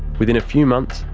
within a few months,